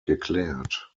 geklärt